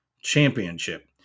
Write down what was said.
Championship